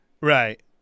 Right